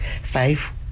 Five